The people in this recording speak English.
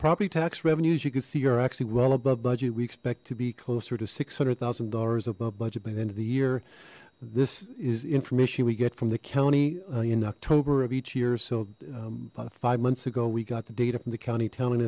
property tax revenues you can see are actually well above budget we expect to be closer to six hundred thousand dollars above budget by the end of the year this is information we get from the county in october of each year so five months ago we got the data from the county telling